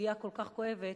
לסוגיה כל כך כואבת,